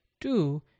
Two